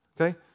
okay